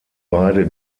beide